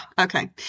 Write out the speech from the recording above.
okay